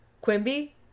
Quimby